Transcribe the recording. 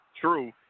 true